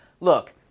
Look